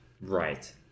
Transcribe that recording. Right